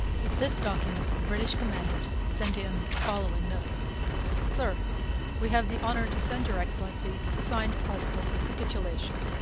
with this document the british commanders sent in the following note sir we have the honour to send your excellency the signed articles of capitulation.